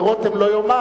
ורותם לא יאמר,